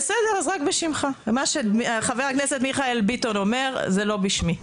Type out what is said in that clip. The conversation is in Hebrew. מה שחבר הכנסת מיכאל ביטון אומר זה לא בשמי.